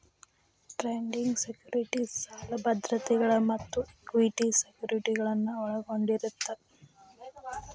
trading securities ಸಾಲ ಭದ್ರತೆಗಳ ಮತ್ತ ಇಕ್ವಿಟಿ ಸೆಕ್ಯುರಿಟಿಗಳನ್ನ ಒಳಗೊಂಡಿರತ್ತ